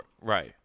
Right